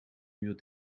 uur